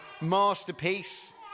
masterpiece